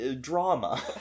drama